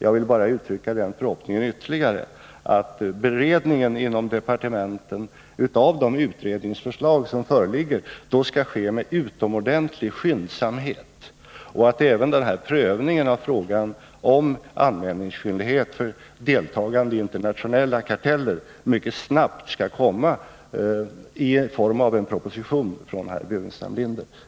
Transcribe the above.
Jag vill ytterligare uttrycka den förhoppningen att beredningen inom departementen av de utredningsförslag som föreligger kommer att ske med utomordenlig skyndsamhet och att även prövningen av frågan om anmäl ningsskyldighet för deltagande i internationella karteller mycket snabbt kan resultera i en proposition från herr Burenstam Linder.